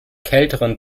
kälteren